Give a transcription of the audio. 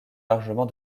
largement